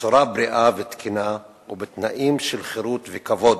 בצורה בריאה ותקינה ובתנאים של חירות וכבוד.